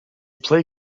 play